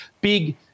big